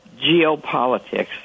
geopolitics